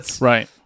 Right